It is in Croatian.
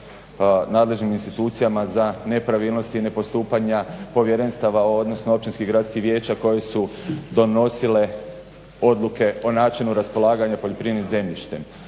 nadležnim institucijama za nepravilnosti i nepostupanja povjerenstava, odnosno općinskih gradskih vijeća koja su donosile odluke o načinu raspolaganja poljoprivrednim zemljištem.